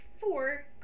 four